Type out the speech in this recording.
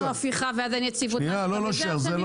הפיכה ואז אין יציבות --- שניה לא לשם,